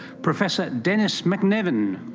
professor dennis mcnevin.